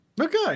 Okay